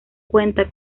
cuenta